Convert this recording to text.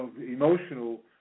emotional